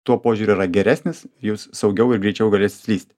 tuo požiūriu yra geresnis jūs saugiau ir greičiau galėsit slysti